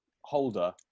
holder